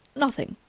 nothing!